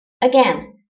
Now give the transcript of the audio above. Again